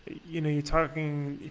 you know you're talking,